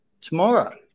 tomorrow